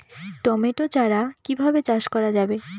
Tomato চারা কিভাবে চাষ করা যাবে?